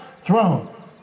throne